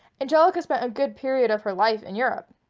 angelica spent a good period of her life in europe.